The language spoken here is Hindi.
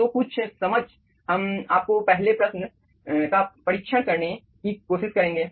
तो कुछ समझ हम आपको पहले प्रश्न का परीक्षण करने की कोशिश करेंगे